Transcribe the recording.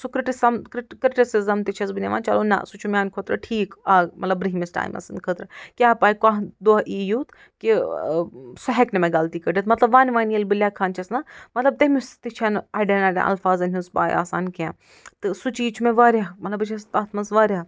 سُہ کِرٹسم کِرٹ کِرٹِسٕزٕم تہِ چھَس بہٕ نِوان چَلو نَہ سُہ چھُ میانہِ خٲطرٕ ٹھیٖک اَ مطلب بِرٛہمِس ٹایِمس سٕنٛدد خٲطرٕ کیٛاہ پَے کانٛہہ دۄہ یی یُتھ کہِ سۄ ہٮ۪کہِ نہٕ مےٚ غلطی کڑتھ مطلب وانہِ وانہِ ییٚلہِ بہٕ لٮ۪کھان چھَس نا مطلب تٔمِس تہِ چھَنہٕ اڑٮ۪ن اڑٮ۪ن الفاظن ہِنٛز پَے آسان کیٚنٛہہ تہٕ سُہ چیٖز چھُ مےٚ وارِیاہ مطلب بہٕ چھَس تتھ منٛز وارِیاہ